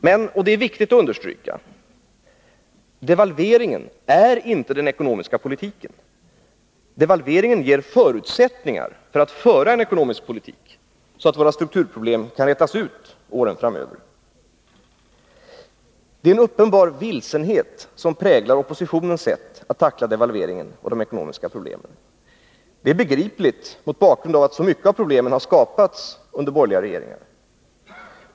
Men — och det är viktigt att understryka — devalveringen är inte den ekonomiska politiken. Devalveringen ger förutsättningar för att föra en ekonomisk politik så att våra strukturproblem kan rätas ut åren framöver. En uppenbar vilsenhet präglar oppositionens sätt att tackla devalveringen och de ekonomiska problemen. Det är begripligt mot bakgrund av att så mycket av problemen har skapats under borgerliga regeringar.